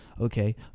okay